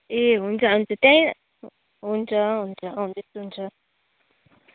ए हुन्छ हुन्छ त्यहीँ हुन्छ हुन्छ हजुर हुन्छ